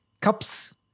cups